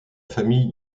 famille